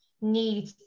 need